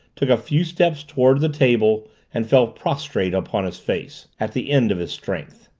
took a few steps toward the table, and fell prostrate upon his face at the end of his strength.